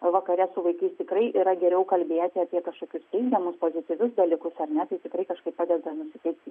o vakare su vaikais tikrai yra geriau kalbėti apie kažkokius teigiamus pozityvius dalykus ar ne tai tikrai kažkaip padeda nusiteikti